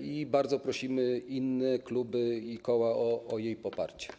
i bardzo prosimy inne kluby i koła o jej poparcie.